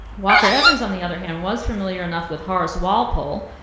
walker evans, on the other hand, was familiar enough with horace walpole,